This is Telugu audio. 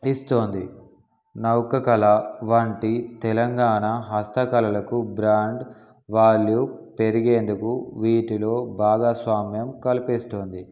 ఇస్తుంది నౌకకళ వంటి తెలంగాణ హస్తకళలకు బ్రాండ్ వాళ్ళు పెరిగేందుకు వీటిలో భాగాస్వామ్యం కల్పిస్తుంది